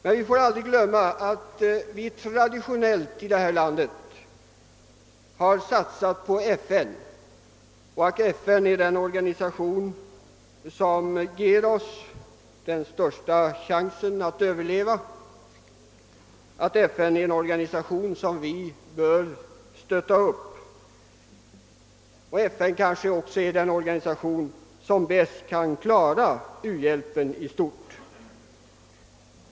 Men vi får aldrig glömma att vi i vårt land traditionellt har satsat på FN och att det är den organisation som ger oss den största chansen att överleva. FN är en organisation som vi bör stödja, och det är kanske också den organisation som bäst kan klara u-hjälpen i stort.